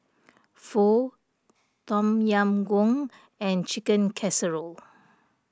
Pho Tom Yam Goong and Chicken Casserole